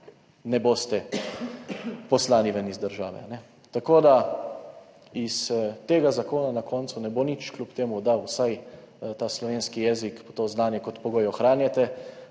ne boste poslani ven iz države. Tako iz tega zakona na koncu ne bo nič, kljub temu, da vsaj ta slovenski jezik, to znanje kot pogoj ohranjate.